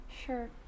Sure